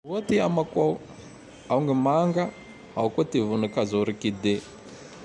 Roa ty amako ao: ao gny Manga, ao koa ty voninkazo Orchidé.